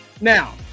Now